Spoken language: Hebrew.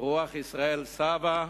ברוח ישראל סבא,